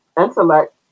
intellect